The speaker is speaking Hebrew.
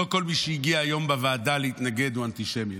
לא כל מי שהגיע היום לוועדה להתנגד הוא אנטישמי,